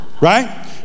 right